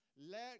Let